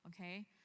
okay